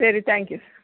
சரி தேங்க்யூ